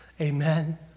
Amen